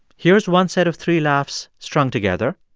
here's one set of three laughs strung together